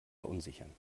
verunsichern